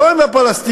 לא עם הפלסטינים,